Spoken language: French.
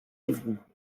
évroult